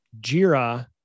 Jira